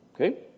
Okay